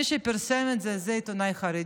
מי שפרסם את זה הוא עיתונאי חרדי,